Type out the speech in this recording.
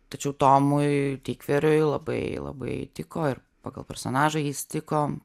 tačiau tomui tykveriui labai labai tiko ir pagal personažą jis tiko